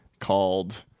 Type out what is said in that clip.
called